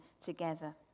together